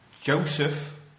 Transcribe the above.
Joseph